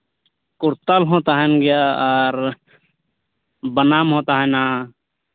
ᱠᱚᱨᱛᱟᱞ ᱦᱚᱸ ᱛᱟᱦᱮᱱ ᱜᱮᱭᱟ ᱟᱨ ᱵᱟᱱᱟᱢ ᱦᱚᱸ ᱛᱟᱦᱮᱱᱟ